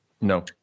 no